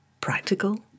practical